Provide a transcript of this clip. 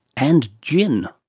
and gin.